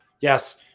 Yes